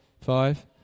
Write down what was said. five